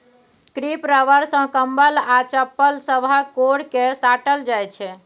crepe rubber सँ कंबल आ चप्पल सभक कोर केँ साटल जाइ छै